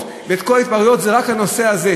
ואת כל ההתפרעויות זה רק הנושא הזה.